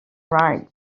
right